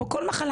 כמו כל מחלה,